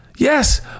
Yes